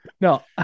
No